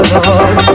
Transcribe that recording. Lord